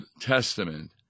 Testament